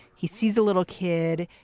he sees a little kid,